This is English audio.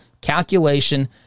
calculation